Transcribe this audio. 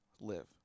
live